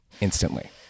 instantly